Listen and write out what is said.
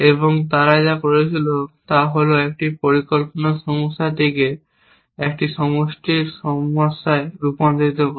এবং তারা যা করেছিল তা হল একটি পরিকল্পনা সমস্যাকে একটি সন্তুষ্টির সমস্যায় রূপান্তরিত করা